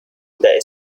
the